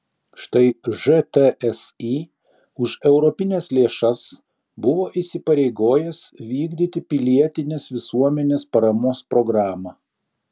štai žtsi už europines lėšas buvo įsipareigojęs vykdyti pilietinės visuomenės paramos programą